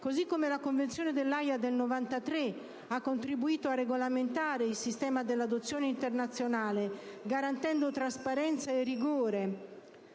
Così come la Convenzione dell'Aja del 1993 ha contribuito a regolamentare il sistema dell'adozione internazionale garantendo trasparenza e rigore